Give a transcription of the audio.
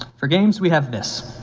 for games we have this.